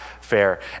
fair